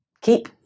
keep